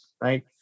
right